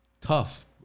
tough